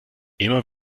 immer